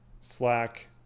Slack